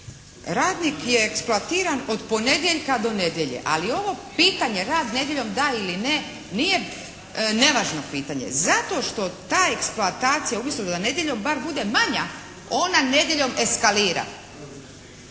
radnik je eksploatiran od ponedjeljka do nedjelje. Ali ovo pitanje rad nedjeljom da ili ne nije nevažno pitanje. Zato što ta eksploatacija umjesto da nedjeljom bar bude manja ona nedjeljom eskalira.